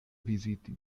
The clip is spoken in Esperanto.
viziti